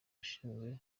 ushinzwe